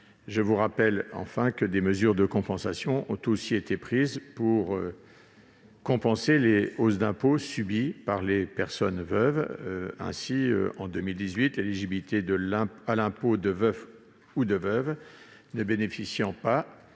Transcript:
Je vous rappelle néanmoins que des mesures ont été prises pour compenser les hausses d'impôts subies par les personnes veuves. Ainsi, depuis 2018, l'éligibilité à l'impôt de veufs ou de veuves ne bénéficiant pas,